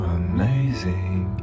amazing